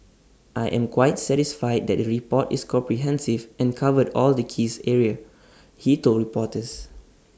I am quite satisfied that the report is comprehensive and covered all the keys areas he told reporters